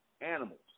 animals